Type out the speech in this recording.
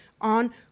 on